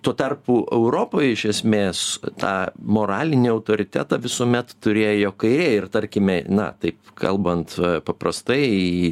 tuo tarpu europoje iš esmės tą moralinį autoritetą visuomet turėjo kairė ir tarkime na taip kalbant paprastai